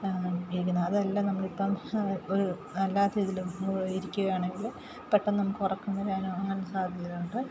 ഇരിക്കുന്നെ അതു എല്ലാം നമ്മളിപ്പോള് ഒരു വല്ലാത്ത ഇതില് ഇരിക്കുക ആണെങ്കില് പെട്ടെന്ന് നമുക്ക് ഉറക്കം വരാനോ അങ്ങനെ സാധ്യതയുണ്ട്